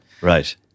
Right